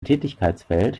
tätigkeitsfeld